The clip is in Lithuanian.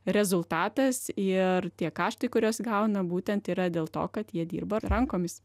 rezultatas ir tie kaštai kuriuos gauna būtent yra dėl to kad jie dirba rankomis